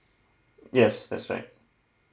yes that's right